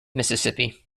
mississippi